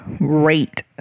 rate